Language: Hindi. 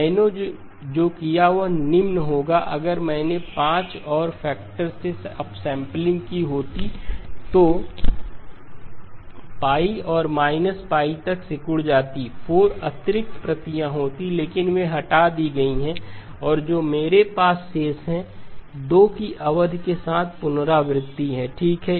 मैंने जो किया वह निम्न होगा अगर मैंने 5 और फैक्टर से अपसेंपलिंग की होती तो 5 और −5 तक सिकुड़ जाती 4 अतिरिक्त प्रतियाँ होतीं लेकिन वे हटा दी गईं और जो मेरे पास शेष हैं 2 की अवधि के साथ पुनरावृत्ति है ठीक है